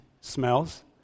smells